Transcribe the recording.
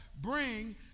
bring